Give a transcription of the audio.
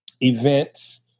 events